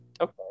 okay